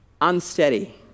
unsteady